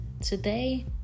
Today